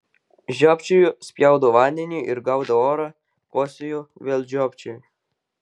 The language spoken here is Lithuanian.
žiopčioju spjaudau vandenį ir gaudau orą kosėju vėl žiopčioju